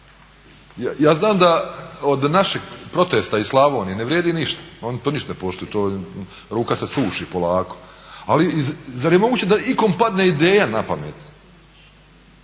Ja znam da od našeg protesta iz Slavonije ne vrijedi ništa, oni to ništa ne poštuju, to ruka se suši polako. Ali zar je moguće da ikome padne ideja na pamet